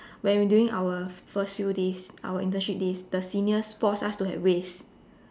when we doing our first few days our internship days the seniors forced us to have race